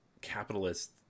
capitalist